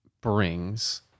brings